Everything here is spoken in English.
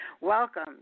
Welcome